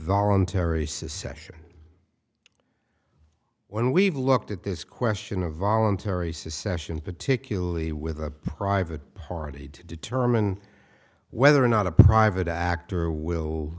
voluntary secession when we've looked at this question of voluntary secession particularly with a private party to determine whether or not a private actor will